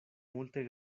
multe